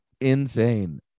insane